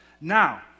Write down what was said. Now